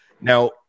Now